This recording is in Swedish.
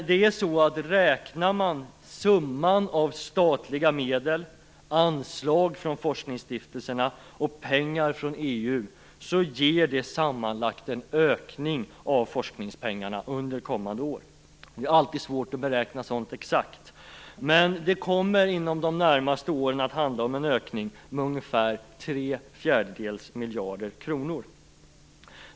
Om man räknar ihop summan av statliga medel, anslag från forskningsstiftelserna och pengar från EU ger det sammanlagt en ökning av forskningspengarna under kommande år. Det är alltid svårt att beräkna sådant exakt, men det kommer inom de närmaste åren att handla om en ökning med ungefär 3⁄4 miljarder kronor.